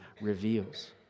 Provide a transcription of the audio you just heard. reveals